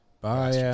Bye